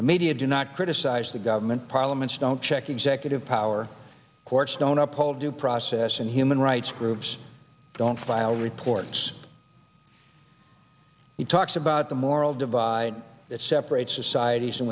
the media do not criticize the government parliaments don't check executive power courts don't uphold due process and human rights groups don't file reports he talks about the moral divide that separate societ